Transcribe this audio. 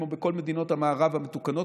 כמו בכל מדינות המערב המתוקנות,